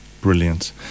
brilliant